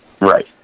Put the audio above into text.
Right